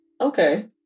Okay